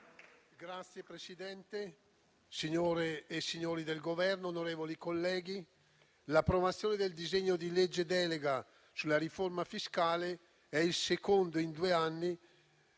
Signor Presidente, signore e signori del Governo, onorevoli colleghi, l'approvazione del disegno di legge di delega sulla riforma fiscale è il secondo tentativo